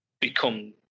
become